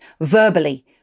verbally